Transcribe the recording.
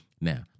Now